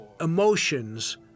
emotions